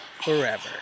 Forever